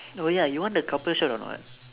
oh ya you want the couple shirt or not